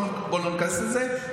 בוא לא ניכנס לזה,